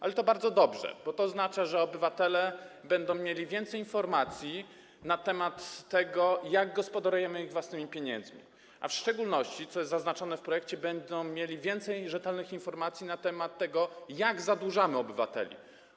Ale to bardzo dobrze, bo to oznacza, że obywatele będą mieli więcej informacji na temat tego, jak gospodarujemy ich własnymi pieniędzmi, a w szczególności, co jest zaznaczone w projekcie, będą mieli więcej rzetelnych informacji na temat tego, jak zadłużamy obywateli.